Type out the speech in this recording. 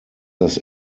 das